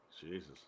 Jesus